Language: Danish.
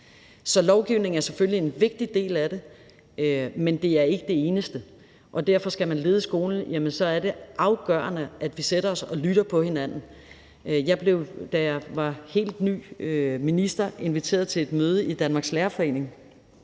Lovgivning er selvfølgelig en vigtig del af det, men det er ikke det eneste. Så skal man lede skolen, er det afgørende, at vi sætter os og lytter til hinanden. Jeg blev, da jeg var helt ny minister, inviteret til et møde i Danmarks Lærerforening,